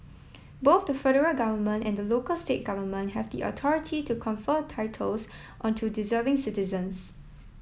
both the federal government and the local state government have the authority to confer titles onto deserving citizens